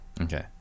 Okay